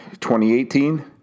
2018